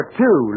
two